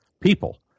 people